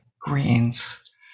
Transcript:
greens